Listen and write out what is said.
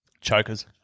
Chokers